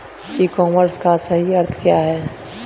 ई commerce का सही अर्थ क्या है?